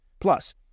Plus